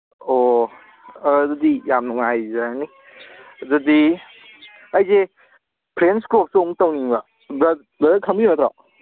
ꯑꯣ ꯑꯥ ꯑꯗꯨꯗꯤ ꯌꯥꯝ ꯅꯨꯡꯉꯥꯏꯖꯔꯅꯤ ꯑꯗꯨꯗꯤ ꯑꯩꯁꯦ ꯐ꯭ꯔꯦꯟꯁ ꯀꯣꯛꯁꯨ ꯑꯃꯨꯛ ꯇꯧꯅꯤꯡꯕ ꯕ꯭ꯔꯗꯔ ꯈꯪꯕꯤꯕ ꯅꯠꯇ꯭ꯔꯣ